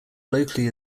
locally